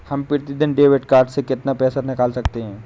हम प्रतिदिन debit card से कितना पैसा निकाल सकते हैं?